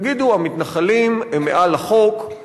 תגידו: המתנחלים הם מעל לחוק,